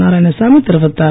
நாராயணசாமி தெரிவித்தார்